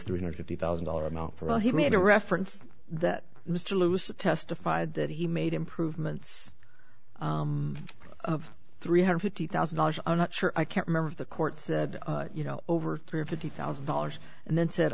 three hundred fifty thousand dollar amount for he made a reference that mr lewis testified that he made improvements of three hundred fifty thousand dollars i'm not sure i can't remember the court said you know over three fifty thousand dollars and then said